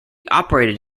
operated